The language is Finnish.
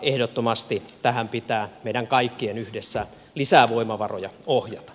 ehdottomasti tähän pitää meidän kaikkien yhdessä lisää voimavaroja ohjata